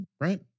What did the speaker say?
Right